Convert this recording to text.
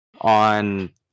On